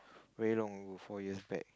very long ago four years back